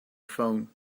phone